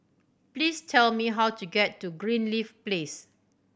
please tell me how to get to Greenleaf Place